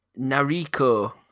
Nariko